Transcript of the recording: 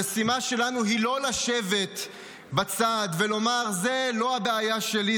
המשימה שלנו היא לא לשבת בצד ולומר: זו לא הבעיה שלי,